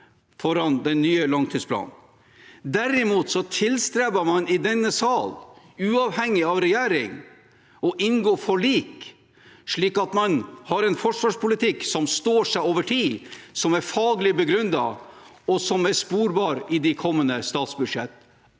før den nye langtidsplanen. Derimot tilstreber man i denne sal, uavhengig av regjering, å inngå forlik, slik at man har en forsvarspolitikk som står seg over tid, som er faglig begrunnet, og som er sporbar i de kommende statsbudsjett.